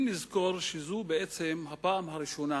אם נזכור שזו בעצם הפעם הראשונה